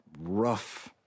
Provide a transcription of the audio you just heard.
rough